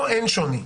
פה אין שוני.